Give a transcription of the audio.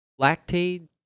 lactate